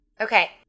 Okay